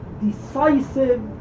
decisive